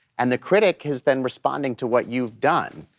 and the critic is then responding to what you've done,